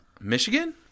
Michigan